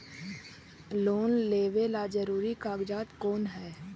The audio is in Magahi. लोन लेब ला जरूरी कागजात कोन है?